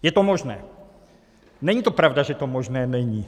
Je to možné, není to pravda, že to možné není.